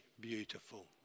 beautiful